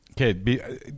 Okay